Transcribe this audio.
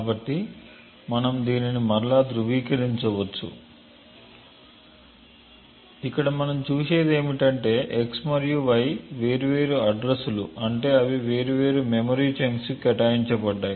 కాబట్టి మనం దీన్ని మరలా ధృవీకరించవచ్చు మరియు ఇక్కడ మనం చూసేది ఏమిటంటే x మరియు y వేర్వేరు అడ్రస్లు అంటే అవి వేర్వేరు మెమొరీ చంక్స్ కి కేటాయించబడ్డాయి